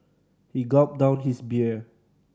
he gulped down his beer